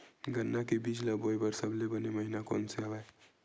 गन्ना के बीज ल बोय बर सबले बने महिना कोन से हवय?